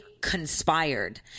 conspired